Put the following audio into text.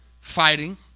Fighting